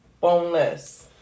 boneless